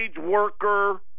worker